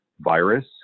virus